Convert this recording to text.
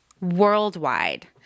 worldwide